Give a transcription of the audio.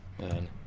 Man